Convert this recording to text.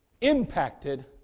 impacted